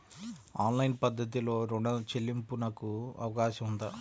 Online పద్ధతిలో రుణ చెల్లింపునకు అవకాశం ఉందా?